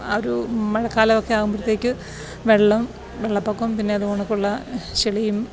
ആ ഒരു മഴക്കാലമൊക്കെ ആവുമ്പോഴത്തേക്ക് വെള്ളം വെള്ളപ്പൊക്കം പിന്നെ അതേ കണക്കുള്ള ചളിയും